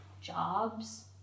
jobs